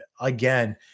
again